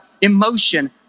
emotion